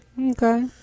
Okay